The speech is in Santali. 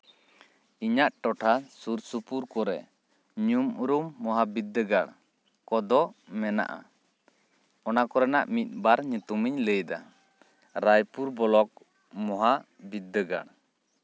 ᱤᱧᱟᱹᱜ ᱴᱚᱴᱷᱟ ᱥᱩᱨ ᱥᱩᱯᱩᱨ ᱠᱚᱨᱮ ᱧᱩᱢ ᱩᱨᱩᱢ ᱢᱚᱦᱟ ᱵᱤᱫᱽᱫᱟᱹᱜᱟᱲ ᱠᱚᱫᱚ ᱢᱮᱱᱟᱜᱼᱟ ᱚᱱᱟ ᱠᱚᱨᱮᱱᱟᱜ ᱢᱤᱫ ᱵᱟᱨ ᱧᱩᱛᱩᱢ ᱤᱧ ᱞᱟᱹᱭᱫᱟ ᱨᱟᱭᱯᱩᱨ ᱵᱞᱚᱠ ᱢᱚᱦᱟ ᱵᱤᱫᱽᱫᱟᱹᱜᱟᱲ